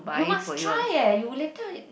you must try eh you later